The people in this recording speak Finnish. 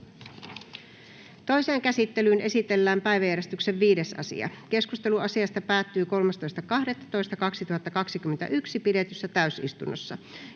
Toiseen käsittelyyn esitellään päiväjärjestyksen 2. asia. Keskustelu asiasta päättyi 13.12.2021 pidetyssä täysistunnossa.